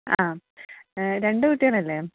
ആ രണ്ട് കുട്ടികളല്ലേ